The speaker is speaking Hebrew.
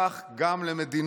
כך גם למדינות.